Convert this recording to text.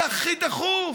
זה הכי דחוף,